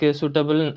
suitable